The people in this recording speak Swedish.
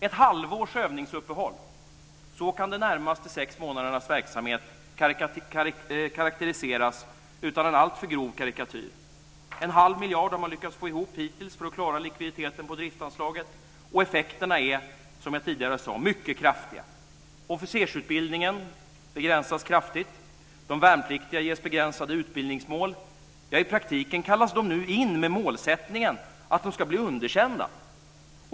Ett halvårs övningsuppehåll - så kan de närmaste sex månadernas verksamhet karakteriseras utan en alltför grov karikatyr. En halv miljard har man lyckats få ihop hittills för att klara likviditeten på driftsanslaget, och effekterna är, som jag tidigare sade, mycket kraftiga. Officersutbildningen begränsas kraftigt. De värnpliktiga ges begränsade utbildningsmål. I praktiken kallas de nu in med målsättningen att de ska bli underkända.